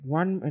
one